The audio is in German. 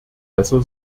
besser